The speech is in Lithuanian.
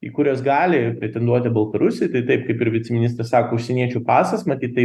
į kuriuos gali pretenduoti baltarusiai tai taip kaip ir viceministras sako užsieniečio pasas matyt tai